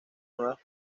nuevas